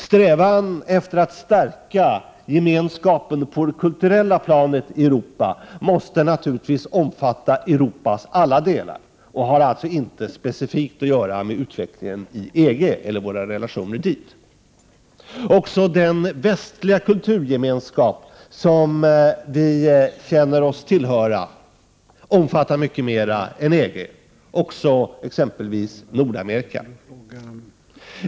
Strävan efter att i Europa stärka gemenskapen på det kulturella planet måste naturligtvis omfatta Europas alla delar, och den har inte specifikt att göra med utvecklingen inom EG och Sveriges relationer till EG. Även den västliga kulturgemenskap som vi känner oss tillhöra omfattar mycket mer än EG, t.ex. Nordamerika.